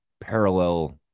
parallel